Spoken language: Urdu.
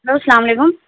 ہلو سلام علیکم